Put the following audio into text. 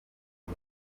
bwo